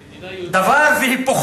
קוראים לזה: אוקסימורון, דבר והיפוכו.